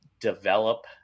develop